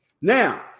Now